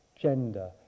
gender